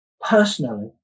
personally